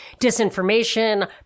disinformation